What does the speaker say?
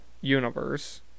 universe